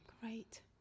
Great